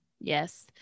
Yes